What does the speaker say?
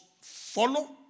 follow